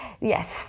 yes